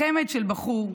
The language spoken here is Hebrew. חמד של בחור,